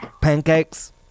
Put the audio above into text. Pancakes